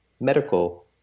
medical